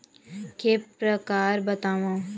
के प्रकार बतावव?